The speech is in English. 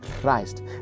Christ